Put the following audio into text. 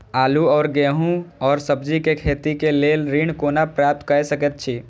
आलू और गेहूं और सब्जी के खेती के लेल ऋण कोना प्राप्त कय सकेत छी?